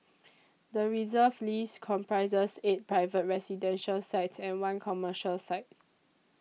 the Reserve List comprises eight private residential sites and one commercial site